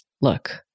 look